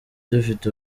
dufite